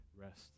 rest